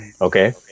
Okay